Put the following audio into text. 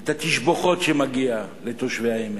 את התשבחות שמגיעות לתושבי העמק,